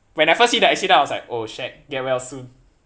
when I first see that I see then oh shag get well soon